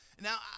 Now